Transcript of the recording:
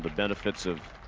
but benefits of